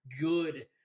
good